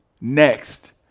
next